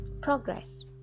progress